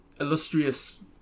illustrious